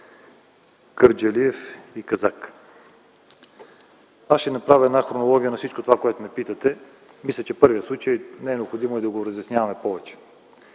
Кърджалиев и Казак! Аз ще направя една хронология на всичко това, което ме питате. Мисля, че първия случай не е необходимо да го разясняваме повече